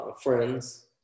friends